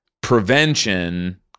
prevention –